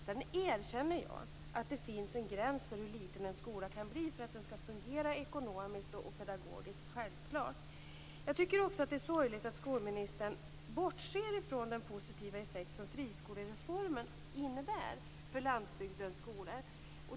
Sedan erkänner jag att det finns en gräns för hur liten en skola kan bli för att den skall fungera ekonomiskt och pedagogiskt. Det är självklart. Jag tycker också att det är sorgligt att skolministern bortser från den positiva effekt som friskolereformen innebär för landsbygdens skolor.